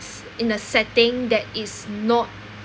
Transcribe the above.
in a setting that is not